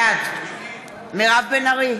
בעד מירב בן ארי,